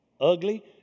ugly